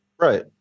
Right